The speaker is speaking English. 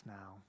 now